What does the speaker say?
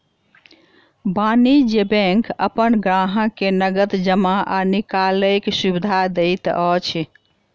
वाणिज्य बैंक अपन ग्राहक के नगद जमा आ निकालैक सुविधा दैत अछि